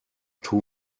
two